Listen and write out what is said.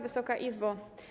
Wysoka Izbo!